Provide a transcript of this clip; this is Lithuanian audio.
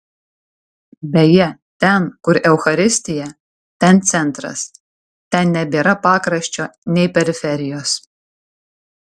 beje ten kur eucharistija ten centras ten nebėra pakraščio nei periferijos